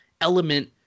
element